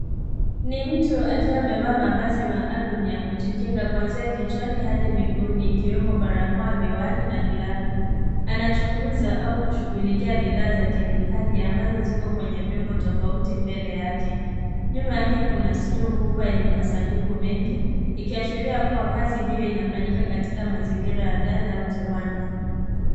Ni mtu akiwa amevalia mavazi ya kujikinga kuanzia kichwani hadi miguuni ikiwemo barakoa, miwani na galavu. Anachunguza au kushughulikia bidhaa za kemikali ambazo ziko kwenye vyombo tofauti mbele yake. Nyuma yake kuna store kubwa yenye masanduku mengi ikiashiria kuwa kazi hio inafanyika katika mazingira ya ghala au kiwanda.